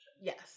Yes